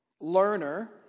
Learner